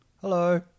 hello